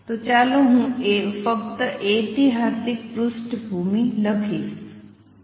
તો ચાલો હું ફક્ત ઐતિહાસિક પૃષ્ઠભૂમિ લખીશ